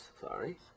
sorry